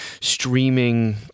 streaming